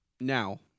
now